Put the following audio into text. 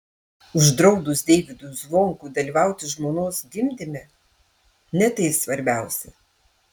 uždraudus deivydui zvonkui dalyvauti žmonos gimdyme ne tai svarbiausia